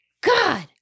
God